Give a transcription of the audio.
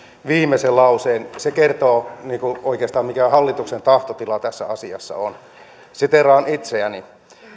viimeisen lauseen se kertoo oikeastaan mikä on hallituksen tahtotila tässä asiassa siteeraan itseäni